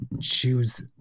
choose